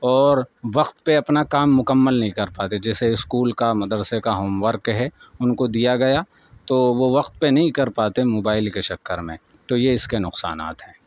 اور وقت پہ اپنا کام مکمل نہیں کر پاتے جیسے اسکول کا مدرسے کا ہوم ورک ہے ان کو دیا گیا تو وہ وقت پہ نہیں کر پاتے موبائل کے چکر میں تو یہ اس کے نقصانات ہیں